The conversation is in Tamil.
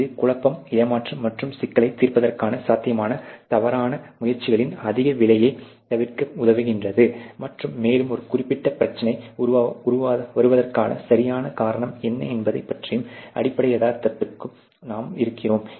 இது குழப்பம் ஏமாற்றம் மற்றும் சிக்கலைத் தீர்ப்பதற்கான சாத்தியமான தவறான முயற்சிகளின் அதிக விலையைத் தவிர்க்க உதவுகிறது மற்றும் மேலும் ஒரு குறிப்பிட்ட பிரச்சனை வருவதற்கான சரியான காரணம் என்ன என்பது பற்றிய அடிப்படை யதார்த்தத்திற்கு நாம் இறங்குகிறோம்